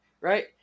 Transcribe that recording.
right